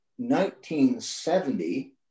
1970